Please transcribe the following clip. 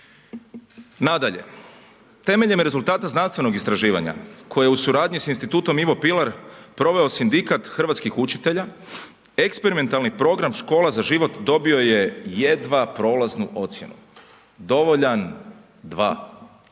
Nadalje, temeljem rezultata znanstvenog istraživanja, koje je u suradnju s Institutom Ivo Pilar proveo Sindikat hrvatskih učitelja, eksperimentalni program Škola za život, dobio je jedva prolaznu ocjenu, dovoljan 2, i